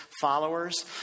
followers